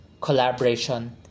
collaboration